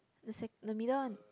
the se~ the middle one